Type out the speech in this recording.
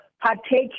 Partake